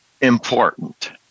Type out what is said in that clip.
important